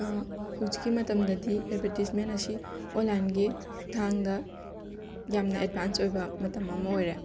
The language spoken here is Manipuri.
ꯍꯧꯖꯤꯛꯀꯤ ꯃꯇꯝꯗꯗꯤ ꯑꯦꯗꯚꯔꯇꯤꯁꯃꯦꯟ ꯑꯁꯤ ꯑꯣꯟꯂꯥꯏꯟꯒꯤ ꯈꯨꯊꯥꯡꯗ ꯌꯥꯝꯅ ꯑꯦꯗꯚꯥꯟꯁ ꯑꯣꯏꯕ ꯃꯇꯝ ꯑꯃ ꯑꯣꯏꯔꯦ